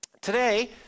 Today